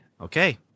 okay